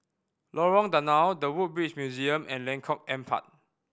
Lorong Danau The Woodbridge Museum and Lengkok Empat